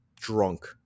drunk